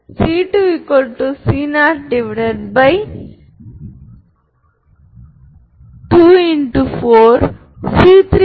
இப்போது L ஹெர்மிடியனாக இருக்கும்போது